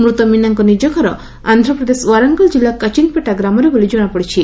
ମୂତ ମୀନାଙ୍କ ନିଜ ଘର ଆନ୍ଧ୍ରପ୍ରଦେଶ ଓ୍ୱାରାଙ୍ଗଲ ଜିଲ୍ଲା କଚିନପେଟା ଗ୍ରାମରେ ବୋଲି ଜଣାପଡ଼ିଛି